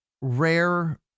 rare